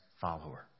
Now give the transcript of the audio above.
follower